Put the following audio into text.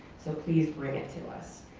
so please bring it to us.